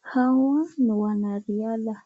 Hawa ni wanariadha